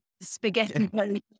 Spaghetti